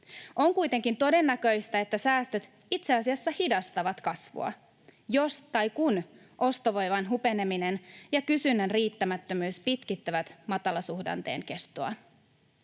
On kuitenkin todennäköistä, että säästöt itse asiassa hidastavat kasvua, jos tai kun ostovoiman hupeneminen ja kysynnän riittämättömyys pitkittävät matalasuhdanteen kestoa.